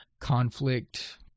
conflict